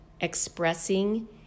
expressing